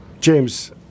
James